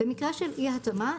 במקרה של אי התאמה,